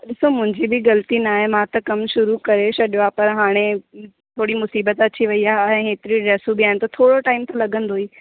ॾिसो मुंहिंजी बि ग़लती नाहे मां त कमु शुरू करे छॾियो आहे पर हाणे थोरी मुसीबत अची वई आहे हाणे हेतिरियूं ड्रेसूं बि आहिनि थोरो टाइम त लॻंदो ई